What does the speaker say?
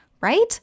Right